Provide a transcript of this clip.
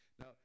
Now